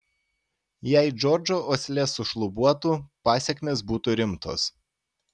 jei džordžo uoslė sušlubuotų pasekmės būtų rimtos